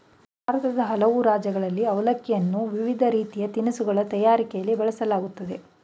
ಭಾರತದ ಹಲವು ರಾಜ್ಯಗಳಲ್ಲಿ ಅವಲಕ್ಕಿಯನ್ನು ವಿವಿಧ ರೀತಿಯ ತಿನಿಸುಗಳ ತಯಾರಿಕೆಯಲ್ಲಿ ಬಳಸಲಾಗ್ತದೆ